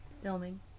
Filming